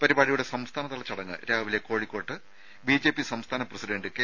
പരിപാടിയുടെ സംസ്ഥാനതല ചടങ്ങ് രാവിലെ കോഴിക്കോട് ബിജെപി സംസ്ഥാന പ്രസിഡന്റ് കെ